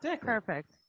Perfect